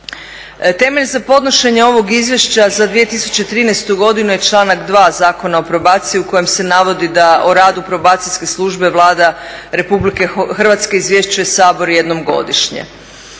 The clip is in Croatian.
Temelj za podnošenje ovog izvješća za 2013. godinu je članak 2. Zakona o probaciji u kojem se navodi da o radu Probacijske službe Vlada Republike Hrvatske izvješćuje Sabor jednom godišnje.